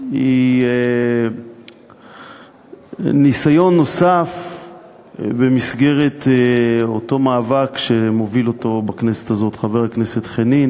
היא ניסיון נוסף במסגרת אותו מאבק שמוביל בכנסת הזאת חבר הכנסת חנין